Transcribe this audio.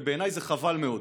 ובעיניי זה חבל מאוד.